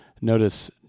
Notice